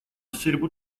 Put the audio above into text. suitable